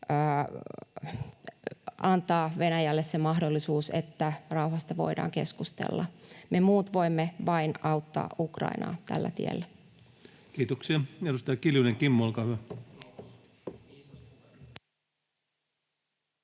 antaa Venäjälle se mahdollisuus, että rauhasta voidaan keskustella. Me muut voimme vain auttaa Ukrainaa tällä tiellä. [Timo Heinonen: Kiitos! Viisas